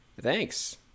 Thanks